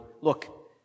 look